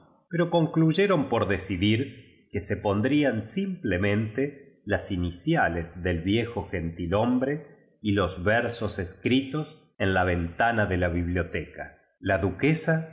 pero con cluyeron por decidir que se pondrían simple mente las mecíales del viejo gentilhombre y los versos escritos en la ventana de la bibliotm la duquesa llevaba